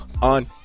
on